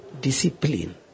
discipline